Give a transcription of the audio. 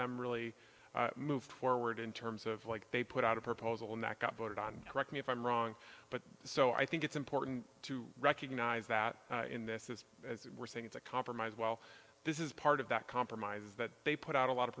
them really moved forward in terms of like they put out a proposal and that got voted on correct me if i'm wrong but so i think it's important to recognize that in this is as we're saying it's a compromise while this is part of that compromise that they put out a lot of